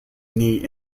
knee